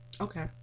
okay